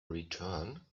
return